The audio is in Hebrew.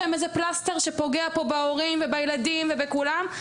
עם איזה פלסטר שפוגע פה בהורים ובילדים ובכולם.